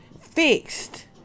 fixed